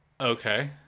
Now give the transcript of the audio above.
Okay